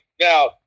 Now